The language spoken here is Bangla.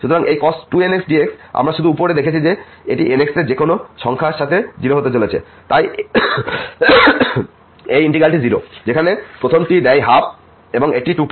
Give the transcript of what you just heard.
সুতরাং এই cos 2nx dx আমরা শুধু উপরে দেখেছি যে এটি nx এরকোন সংখ্যার সাথে 0 হতে চলেছে তাই এই ইন্টিগ্র্যালটি 0 যেখানে প্রথমটি দেয় 12 এবং এটি 2π